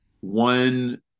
one